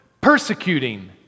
persecuting